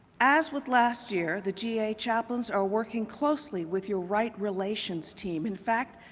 as with last year the ga chaplains are working closely with your right relations team. in fact,